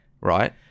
Right